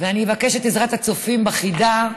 ואני אבקש את עזרת הצופים בחידה,